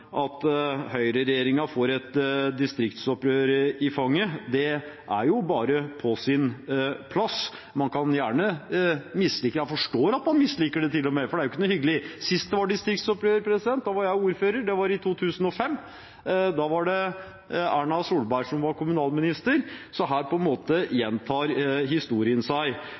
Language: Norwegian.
At høyreregjeringen får et distriktsopprør i fanget, er bare på sin plass. Man kan gjerne mislike det – jeg forstår at man misliker det til og med, for det er ikke noe hyggelig. Sist det var distriktsopprør, var jeg ordfører. Det var i 2005, og da var det Erna Solberg som var kommunalminister, så her gjentar historien seg på en måte.